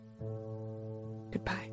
Goodbye